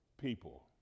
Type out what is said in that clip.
people